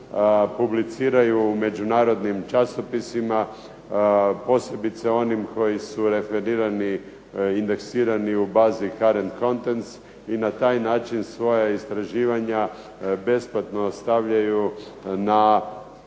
publiciraju u međunarodnim časopisima, posebice u onim koji su referirani, indeksirani u bazi "Current Contents" i na taj način svoja istraživanja besplatno stavljaju na